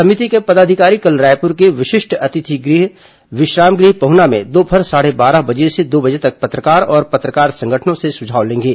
समिति के पदाधिकारी कल रायपुर के विशिष्ट अतिथि विश्राम गृह पहुना में दोपहर साढ़े बारह बजे से दो बजे तक पत्रकार और पत्रकार संगठनों से सुझाव लेंगे